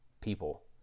people